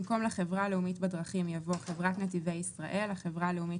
במקום "לחברה הלאומית בדרכים" יבוא "חברת נתיבי ישראל החברה הלאומית